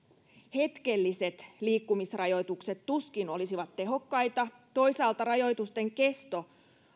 hetkelliset liikkumisrajoitukset tuskin olisivat tehokkaita toisaalta rajoitusten kesto